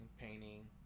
painting